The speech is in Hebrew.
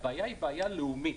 זאת בעיה לאומית.